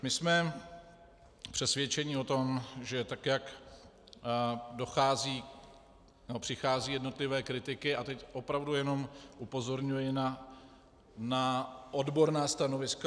My jsme přesvědčeni o tom, že tak jak přicházejí jednotlivé kritiky a teď opravdu jenom upozorňuji na odborná stanoviska.